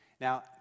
Now